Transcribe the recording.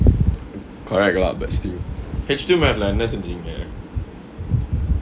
correct lah but still H two math lah என்ன செஞ்சிங்க:enna senjinga